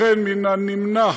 לכן מן הנמנע